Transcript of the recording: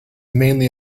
mainly